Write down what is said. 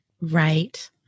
Right